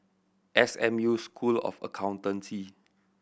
S M U School of Accountancy